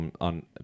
on